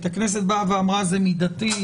הכנסת באה ואמרה שזה מידתי,